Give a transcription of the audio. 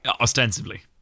Ostensibly